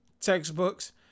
textbooks